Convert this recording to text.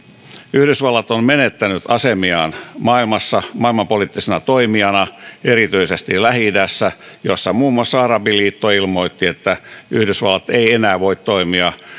yhdysvallat on menettänyt asemiaan maailmassa maailmanpoliittisena toimijana erityisesti lähi idässä missä muun muassa arabiliitto ilmoitti että yhdysvallat ei enää voi toimia